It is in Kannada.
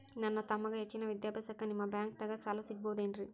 ನನ್ನ ತಮ್ಮಗ ಹೆಚ್ಚಿನ ವಿದ್ಯಾಭ್ಯಾಸಕ್ಕ ನಿಮ್ಮ ಬ್ಯಾಂಕ್ ದಾಗ ಸಾಲ ಸಿಗಬಹುದೇನ್ರಿ?